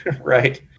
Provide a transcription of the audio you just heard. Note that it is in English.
right